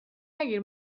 نگیر